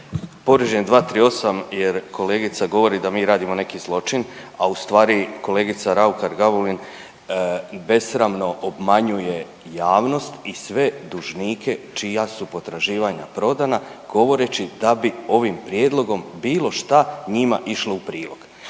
je 238. jer kolegica govori da mi radimo neki zločin, a ustvari kolegica Raukar Gamulin besramno obmanjuje javnost i sve dužnike čija su potraživanja prodana govoreći da bi ovim prijedlogom bilo šta njima išlo u prilog.